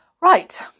Right